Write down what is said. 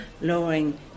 lowering